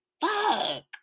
Fuck